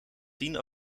tien